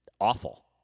awful